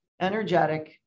energetic